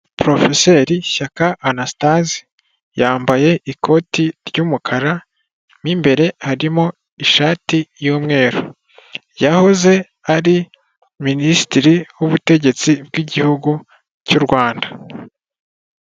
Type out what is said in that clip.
Porofeseri Shyaka Anastase yambaye ikoti ry'umukara mu imbere harimo ishati y'umweru yahoze ari Minisitiri w'ubutegetsi bw'igihugu cy'u Rwanda.